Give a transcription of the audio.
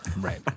Right